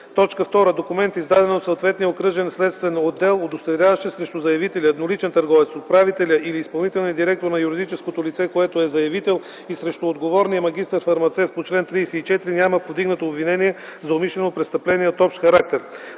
34; 2. документ, издаден от съответния окръжен следствен отдел, удостоверяващ, че срещу заявителя - едноличен търговец, управителя или изпълнителния директор на юридическото лице, което е заявител, и срещу отговорния магистър-фармацевт по чл. 34 няма повдигнато обвинение за умишлено престъпление от общ характер;